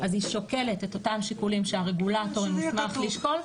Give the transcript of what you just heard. אז היא שוקלת את אותם שיקולים שהרגולטור מוסמך לשקול,